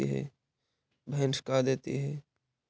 भैंस का देती है?